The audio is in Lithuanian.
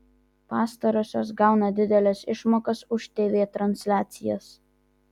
pastarosios gauna dideles išmokas už tv transliacijas